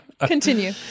Continue